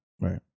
Right